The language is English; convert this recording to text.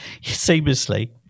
seamlessly